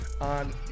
on